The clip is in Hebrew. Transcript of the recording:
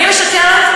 אני משקרת?